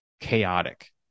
chaotic